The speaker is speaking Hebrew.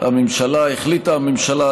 הממשלה החליטה הממשלה,